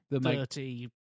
Dirty